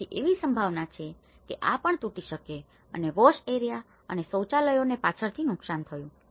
તેથી એવી સંભાવના છે કે આ પણ તૂટી શકે છે અને વોશ એરિયા અને શૌચાલયોને પાછળથી નુકસાન થયું છે